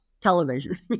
television